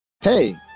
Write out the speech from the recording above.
Hey